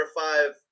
five